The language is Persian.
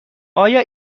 آیا